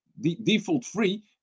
default-free